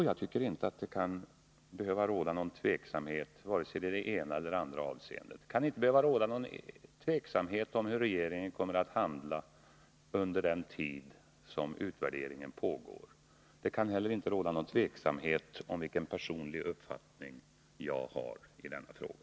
Jag tycker inte att det kan behöva råda någon tveksamhet i vare sig det ena eller andra avseendet. Det kan inte behöva råda någon tveksamhet om hur regeringen kommer att handla under den tid som utvärderingen pågår. Det kan heller inte råda någon tveksamhet om vilken personlig uppfattning jag har i denna fråga.